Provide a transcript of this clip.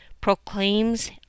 proclaims